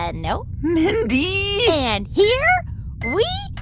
and no mindy and here we